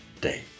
day